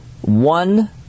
One